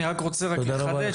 אני רק רוצה לחדש.